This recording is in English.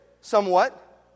somewhat